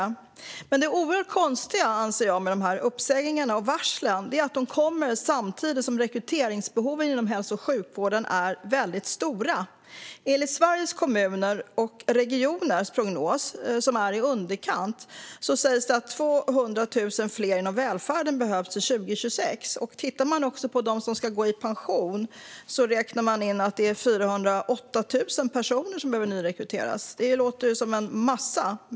Det som jag anser är oerhört konstigt med dessa uppsägningar och varsel är att de kommer samtidigt som rekryteringsbehoven inom hälso och sjukvården är stora. I Sveriges Kommuner och Regioners prognos, som är i underkant, sägs att 200 000 fler behövs inom välfärden till 2026. Om man tittar på dem som ska gå i pension ser man att 408 000 personer behöver nyrekryteras. Det låter som en massa.